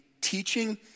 teaching